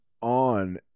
on